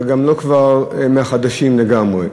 אבל גם כבר לא מהחדשים לגמרי.